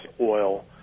oil